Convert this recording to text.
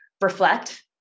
reflect